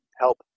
help